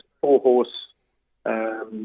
four-horse